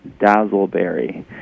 Dazzleberry